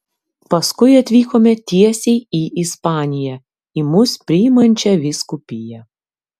paskui atvykome tiesiai į ispaniją į mus priimančią vyskupiją